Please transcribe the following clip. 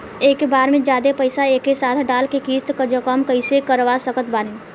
एके बार मे जादे पईसा एके साथे डाल के किश्त कम कैसे करवा सकत बानी?